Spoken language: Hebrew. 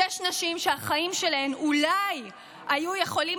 שש נשים שהחיים שלהן אולי היו יכולים